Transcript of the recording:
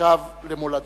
השב למולדתו.